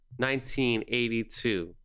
1982